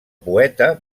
poeta